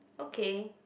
okay